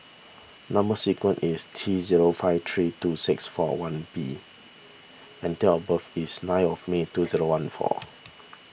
Number Sequence is T zero five three two six four one B and date of birth is nine of May two zero one four